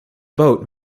boat